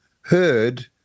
heard